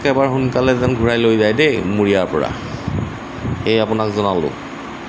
একেবাৰে সোনকালে যেন ঘূৰাই লৈ যায় দেই মোৰ ইয়াৰপৰা সেয়ে আপোনাক জনালোঁ